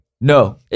No